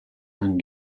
amb